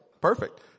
perfect